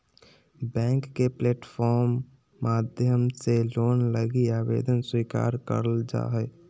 bank के platform माध्यम से लोन लगी आवेदन स्वीकार करल जा हय